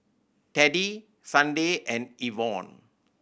Teddie Sunday and Evon